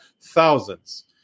thousands